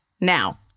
now